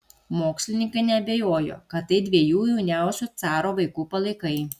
mokslininkai neabejojo kad tai dviejų jauniausių caro vaikų palaikai